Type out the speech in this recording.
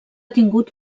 tingut